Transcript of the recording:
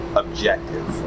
objective